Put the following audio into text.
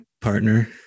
partner